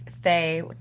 Faye